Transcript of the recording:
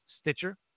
Stitcher